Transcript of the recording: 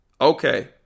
Okay